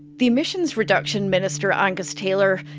the emissions reduction minister, angus taylor,